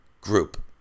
group